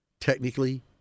Technically